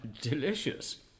Delicious